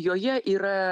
joje yra